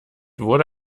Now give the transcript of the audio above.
wurde